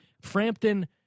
Frampton